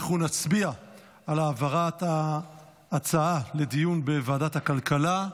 אנחנו נצביע על ההצעה להעברת הדיון לוועדת הכלכלה.